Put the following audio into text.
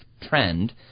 trend